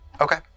Okay